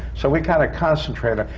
so we kind of concentrate